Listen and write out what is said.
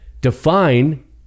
Define